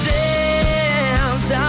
dance